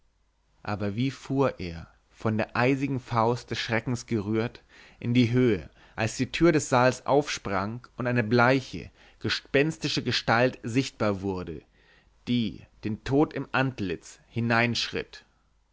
aber wie fuhr er von der eisigen faust des schreckens berührt in die höhe als die tür des saals aufsprang und eine bleiche gespenstische gestalt sichtbar wurde die den tod im antlitz